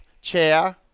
chair